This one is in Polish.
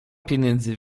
pieniędzy